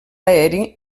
aeri